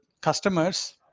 customers